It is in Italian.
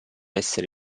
essere